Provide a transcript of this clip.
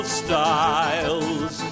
styles